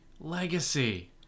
Legacy